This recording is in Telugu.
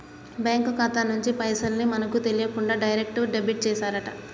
బ్యేంకు ఖాతా నుంచి పైసల్ ని మనకు తెలియకుండా డైరెక్ట్ డెబిట్ చేశారట